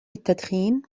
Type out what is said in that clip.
التدخين